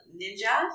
ninja